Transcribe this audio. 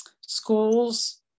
schools